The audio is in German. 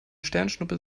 sternschnuppe